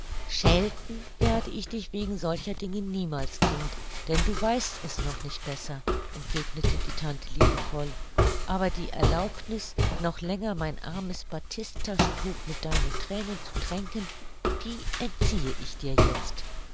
schelten werde ich dich wegen solcher dinge niemals kind denn du weißt es noch nicht besser entgegnete die tante liebevoll aber die erlaubniß noch länger mein armes battisttaschentuch mit deinen thränen zu tränken die entziehe ich dir jetzt